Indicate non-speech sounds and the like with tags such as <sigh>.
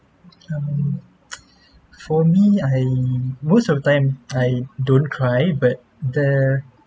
um <noise> for me I most of the time I don't cry but err